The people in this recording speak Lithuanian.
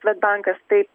svedbankas taip pat